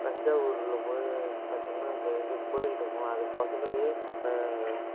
தஞ்சாவூரில் போய் பார்த்தீங்கனா அங்கே இது கோயில் இருக்கும் அதுக்கு பக்கத்துலேயே த